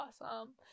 awesome